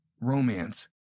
romance